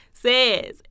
Says